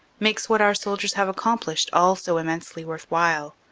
makes what our soldiers have accomplished all so immensely worth while.